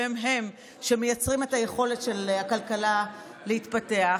שהם-הם שמייצרים את היכולת של הכלכלה להתפתח,